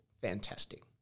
fantastic